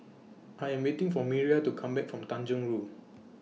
I Am waiting For Miriah to Come Back from Tanjong Rhu